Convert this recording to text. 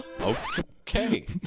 Okay